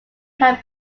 have